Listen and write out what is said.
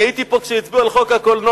אני הייתי פה כשהצביעו על חוק הקולנוע.